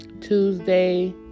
tuesday